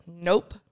Nope